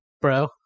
bro